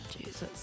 Jesus